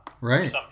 Right